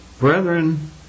Brethren